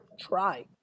try